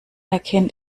erkennt